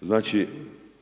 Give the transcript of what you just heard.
Znači